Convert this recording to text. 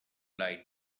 lied